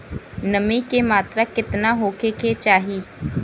नमी के मात्रा केतना होखे के चाही?